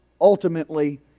Ultimately